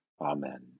Amen